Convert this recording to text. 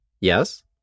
Yes